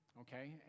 Okay